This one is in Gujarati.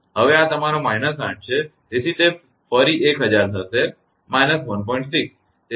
હવે આ તમારો −8 છે તેથી તે ફરી 1000 થશે −1